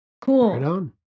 Cool